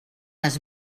les